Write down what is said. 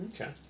Okay